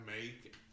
make